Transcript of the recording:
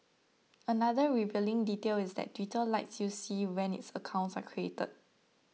another revealing detail is that Twitter lets you see when its accounts are created